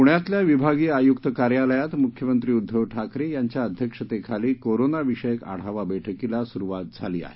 पूण्यातल्या विभागीय आयुक्त कार्यालयात मुख्यमंत्री उद्धव ठाकरे यांच्या अध्यक्षतेखाली कोरोना विषयक आढावा बैठकीला सुरुवात झाली आहे